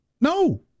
No